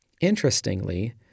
Interestingly